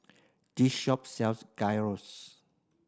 this shop sells